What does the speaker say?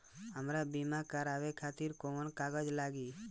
हमरा बीमा करावे खातिर कोवन कागज लागी?